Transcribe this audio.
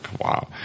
Wow